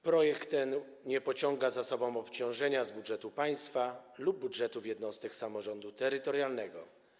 Projekt ten nie pociąga za sobą obciążenia z budżetu państwa lub budżetu jednostek samorządu terytorialnego.